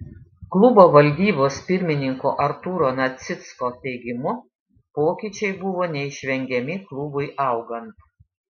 klubo valdybos pirmininko artūro nacicko teigimu pokyčiai buvo neišvengiami klubui augant